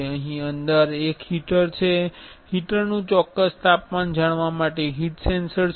અહીં અંદર એક હીટર છે હીટરનું ચોક્કસ તાપમાન જાણવા માટે હીટ સેન્સર છે